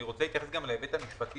אני רוצה להתייחס להיבט המשפטי.